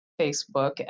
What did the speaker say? Facebook